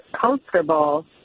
comfortable